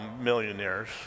millionaires